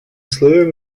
условием